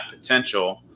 potential